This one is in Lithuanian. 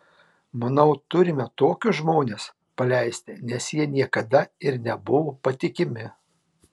manau turime tokius žmones paleisti nes jie niekada ir nebuvo patikimi